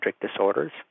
disorders